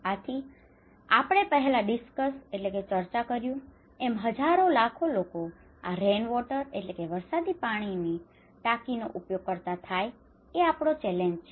આથી આપણે પહેલા ડિસ્કસ discussed ચર્ચા કરવી કર્યું એમ હજારો લાખો લોકો આ રેનવોટર rainwater વરસાદી પાણી ટાંકીનો ઉપયોગ કરતાં થાય એ આપણો ચેલેન્જ challenge પડકાર છે